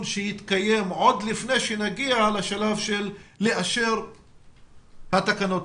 שיתקיים עוד לפני שנגיע לשלב אישור התקנות.